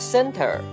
Center